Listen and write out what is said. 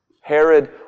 Herod